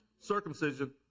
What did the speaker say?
Circumcision